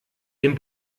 dem